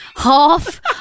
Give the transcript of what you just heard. half